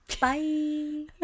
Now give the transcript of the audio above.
Bye